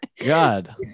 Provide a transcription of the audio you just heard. God